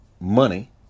money